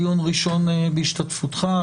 דיון ראשון בהשתתפותך.